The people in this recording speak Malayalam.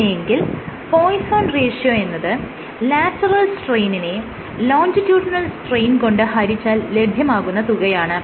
അങ്ങനെയെങ്കിൽ പോയ്സോൺ റേഷ്യോയെന്നത് ലാറ്ററൽ സ്ട്രെയിനെ ലോഞ്ചിട്യൂഡിനൽ സ്ട്രെയിൻ കൊണ്ട് ഹരിച്ചാൽ ലഭ്യമാകുന്ന തുകയാണ്